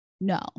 no